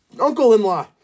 uncle-in-law